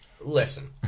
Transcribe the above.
Listen